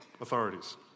authorities